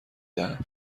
دهم